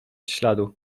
śladu